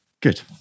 Good